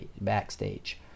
backstage